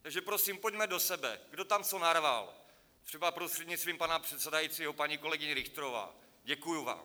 Takže prosím, pojďme do sebe, kdo tam co narval, třeba, prostřednictvím pana předsedajícího, paní kolegyně Richterová, děkuji vám.